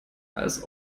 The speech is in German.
als